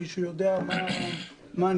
מישהו יודע מה נהיה?